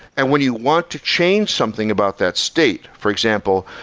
and when you want to change something about that state, for example,